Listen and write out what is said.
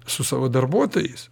su savo darbuotojais